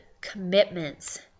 commitments